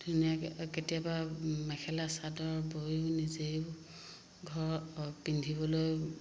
ধুনীয়াকে কেতিয়াবা মেখেলা চাদৰ বৈয়ো নিজেও ঘৰ পিন্ধিবলৈ